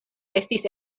estis